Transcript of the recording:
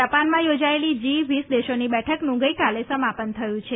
જાપાનમાં યોજાયેલી જી વીસ દેશોની બેઠકનું ગઈકાલે સમાપન થયું છે